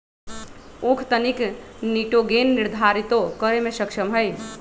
उख तनिक निटोगेन निर्धारितो करे में सक्षम हई